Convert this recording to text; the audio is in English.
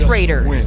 Raiders